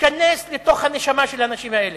להיכנס לתוך הנשמה של האנשים האלה,